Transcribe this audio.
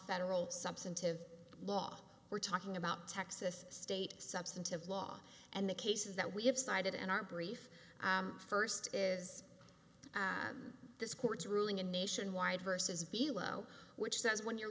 federal substantive law we're talking about texas state substantive law and the cases that we have cited and our brief first is this court's ruling a nationwide versus below which says when you're